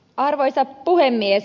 arvoisa puhemies